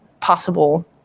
possible